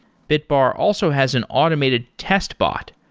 bitbar also has an automated test bot,